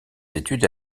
études